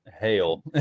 hail